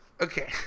Okay